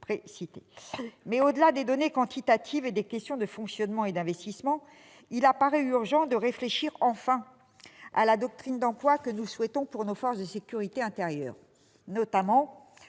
au-delà des données quantitatives et des questions de fonctionnement et d'investissement, il apparaît urgent de réfléchir enfin à la doctrine d'emploi que nous souhaitons pour nos forces de sécurité intérieure, notamment en